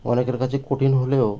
অনেকের কাছে কঠিন হলেও